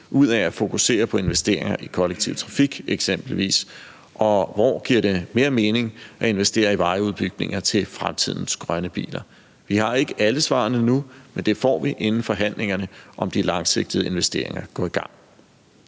ud af at fokusere på investeringer i kollektiv trafik? Og hvor giver det mere mening at investere i vejudbygninger til fremtidens grønne biler? Vi har ikke alle svarene nu, men det får vi, inden forhandlingerne om de langsigtede investeringer går i gang.